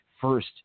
first